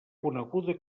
coneguda